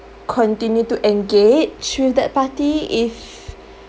continue to engage through that party if